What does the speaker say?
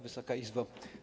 Wysoka Izbo!